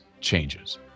changes